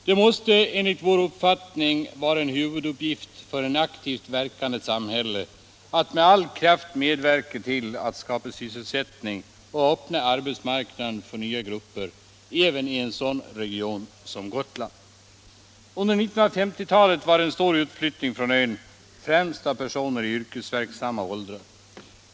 Det måste enligt vår uppfattning vara en huvuduppgift för ett aktivt verkande samhälle att med all kraft medverka till att även i en sådan region som Gotland skapa sysselsättning och öppna arbetsmarknaden för nya grupper. Under 1950-talet ägde en stor utflyttning från ön rum, främst av yrkesverksamma personer.